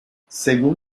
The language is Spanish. según